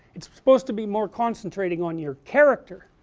it's supposed to be more concentrating on your character